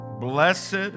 Blessed